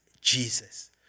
Jesus